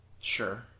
Sure